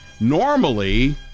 Normally